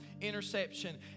interception